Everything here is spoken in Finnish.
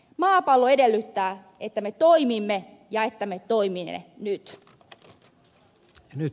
maapallo edellyttää että me toimimme ja että me toimimme nyt